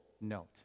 note